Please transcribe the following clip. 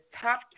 top